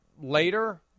later